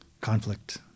conflict